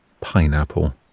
pineapple